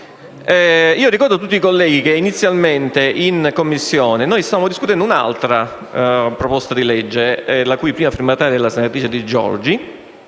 Ricordo a tutti i colleghi che inizialmente, in Commissione, stavamo discutendo un altro disegno di legge, la cui prima firmataria è la senatrice Di Giorgi,